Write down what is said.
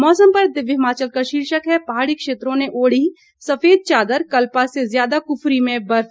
मौसम पर दिव्य हिमाचल का शीर्षक है पहाड़ी क्षेत्रों ने ओढ़ी सफेद चादर कल्पा से ज्यादा कुफरी में बर्फ